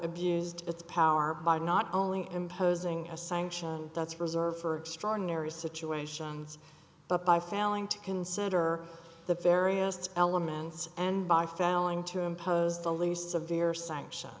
abused its power by not only imposing a sanction that's reserved for extraordinary situations but by failing to consider the veriest elements and by failing to impose the least severe sanction